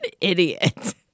idiot